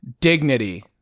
dignity